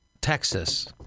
Texas